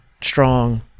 strong